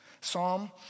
Psalm